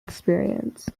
experience